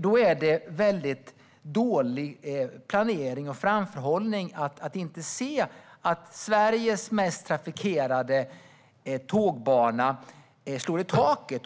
Då är det dålig planering och framförhållning att inte se att Sveriges mest trafikerade järnväg slår i kapacitetstaket.